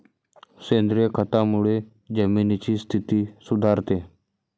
सेंद्रिय खतामुळे जमिनीची स्थिती सुधारते